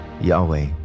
Yahweh